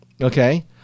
okay